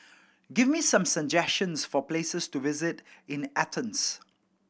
give me some suggestions for places to visit in Athens